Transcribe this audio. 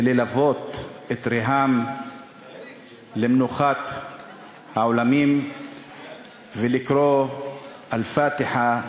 וללוות את ריהאם למנוחת העולמים ולקרוא אל-פאתחה (בערבית: